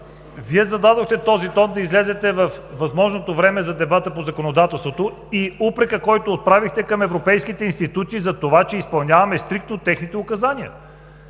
Вие зададохте този тон да излезете във възможното време за дебата по законодателството и упрекът, който отправихте към европейските институции за това, че изпълняваме стриктно техните указания.